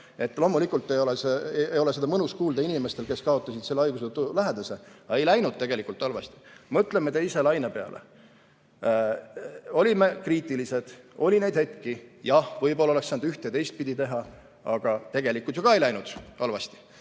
Loomulikult ei ole seda mõnus kuulda inimestel, kes kaotasid selle haiguse tõttu lähedase, aga ei läinud tegelikult halvasti. Mõtleme teise laine peale. Olime kriitilised, oli neid hetki, jah, kus võib-olla oleks saanud üht- ja teistpidi teha, aga tegelikult ju ka ei läinud halvasti,